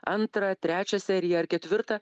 antrą trečią seriją ar ketvirtą